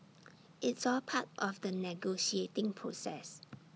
it's all part of the negotiating process